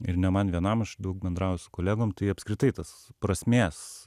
ir ne man vienam aš daug bendrauju su kolegom tai apskritai tas prasmės